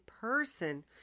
person